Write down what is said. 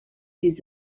des